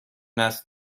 نسل